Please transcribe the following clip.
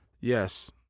Yes